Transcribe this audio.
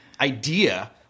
idea